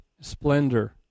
Splendor